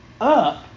up